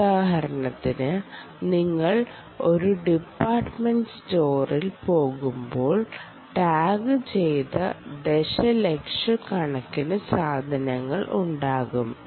ഉദാഹരണത്തിന് നിങ്ങൾ ഒരു ഡിപ്പാർട്ട്മെന്റ് സ്റ്റോറിൽ പോകുമ്പോൾ ടാഗുചെയ്ത ദശലക്ഷക്കണക്കിന് സാധനങ്ങൾ ഉണ്ടാകും